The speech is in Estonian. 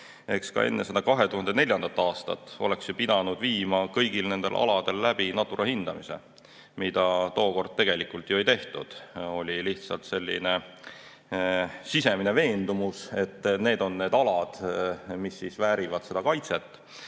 Eks ka enne 2004. aastat oleks pidanud viima kõigil nendel aladel läbi Natura hindamise, mida tookord tegelikult ju ei tehtud. Oli lihtsalt selline sisemine veendumus, et need on need alad, mis väärivad kaitset.